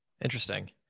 Interesting